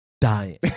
dying